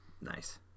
Nice